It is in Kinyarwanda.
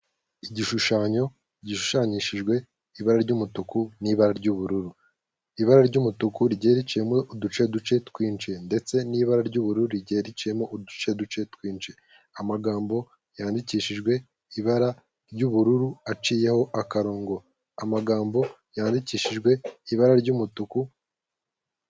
Igishushanyo gishushanyishijwe ibara ry'umutuku n'ibara ry'ubururu. Ibara ry'umutuku rigiye riciyemo uduce duce twinshi ndetse n'ibara ry'ubururu rye riciyemo uduce duce twinshi, amagambo yandikishijwe ibara ry'ubururu aciyeho akarongo, amagambo yandikishijwe ibara ry'umutuku...